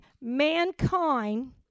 mankind